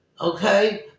Okay